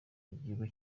igihugu